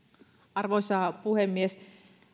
arvoisa puhemies